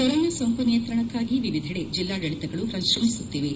corona ಸೋಂಕು ನಿಯಂತ್ರಣಗಾಗಿ ವಿವಿಧೆಡೆ ಜಿಲ್ಲಾಡಳಿತಗಳು ಶ್ರಮಿಸುತ್ತಿವೆ